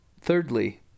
Thirdly